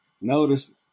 notice